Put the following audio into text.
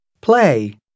Play